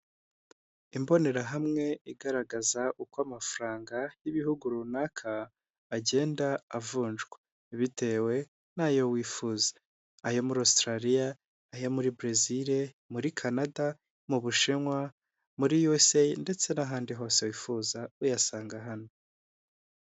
Imbonerahamwe igaragaza uko amafaranga y'ibihugu runaka agenda avunjwa bitewe ntayo wifuza, ayo muri Australia, ayo muri Brezil, muri Canada, mu Bushinwa, muri USA ndetse n'ahandi hose wifuza uyasanga hano.